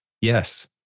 Yes